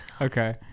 Okay